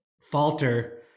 falter